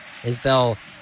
Isbell